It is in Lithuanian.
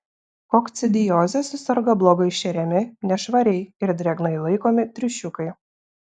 kokcidioze suserga blogai šeriami nešvariai ir drėgnai laikomi triušiukai